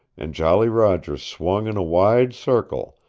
and jolly roger swung in a wide circle,